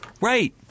Right